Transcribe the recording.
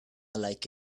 like